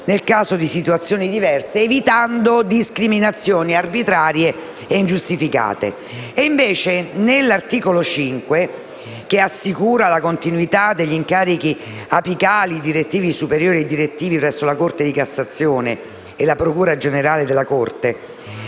nel caso di situazioni diverse evitando discriminazioni arbitrarie e ingiustificate. Nello specifico l'articolo 5 assicura la continuità negli incarichi apicali, direttivi superiori e direttivi presso la Corte di cassazione e la Procura generale della